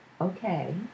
okay